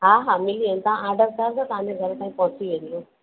हा हा मिली वेंदी तव्हां ऑर्डर कयो त तव्हांजे घर ताईं पहुंची वेंदियूं